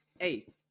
hey